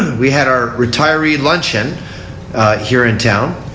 we had our retirey luncheon here in town.